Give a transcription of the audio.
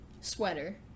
sweater